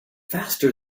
faster